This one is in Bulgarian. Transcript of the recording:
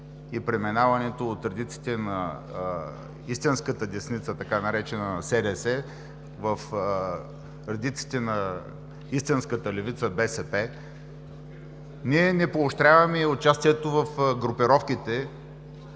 и преминаването от редиците на истинската десница, така наречена СДС, в редиците на истинската левица БСП. Ние не поощряваме и участието в групировките